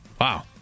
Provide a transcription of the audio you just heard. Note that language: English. wow